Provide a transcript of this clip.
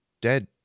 dead